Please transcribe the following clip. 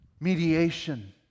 mediation